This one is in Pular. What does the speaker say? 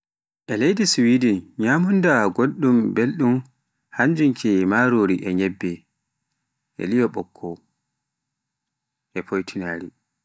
E leydi Siwidin nyamunda gonɗum belɗum hannjum ke marori e nyebbe, e li'o bokko e foitinaari.